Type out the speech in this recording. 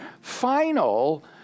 final